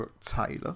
Taylor